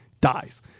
dies